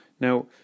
Now